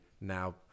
now